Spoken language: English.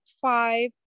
five